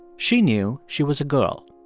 she knew she was a girl.